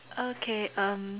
okay um